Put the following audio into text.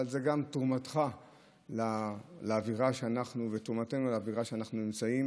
אבל זו גם תרומתך לאווירה וגם תרומתנו לאווירה שבה אנחנו נמצאים,